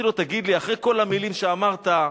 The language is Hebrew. תגיד לי, אחרי כל המלים שאמרת,